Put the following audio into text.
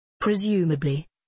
Presumably